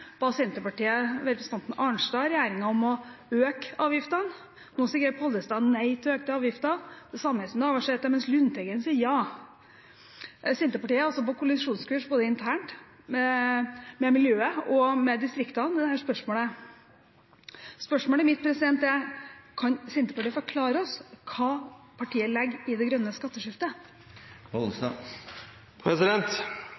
ba representanten Arnstad regjeringen om å øke avgiftene. Nå sier Pollestad nei til økte avgifter. Det samme sier Navarsete, mens Lundteigen sier ja. Senterpartiet er altså på kollisjonskurs både internt, med miljøet og med distriktene i dette spørsmålet. Spørsmålet mitt er: Kan Senterpartiet forklare oss hva partiet legger i «det grønne skatteskiftet»?